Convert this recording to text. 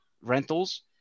rentals